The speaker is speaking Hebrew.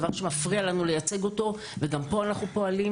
דבר שמפריע לנו לייצג אותו וגם פה אנחנו פועלים.